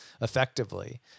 effectively